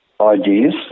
ideas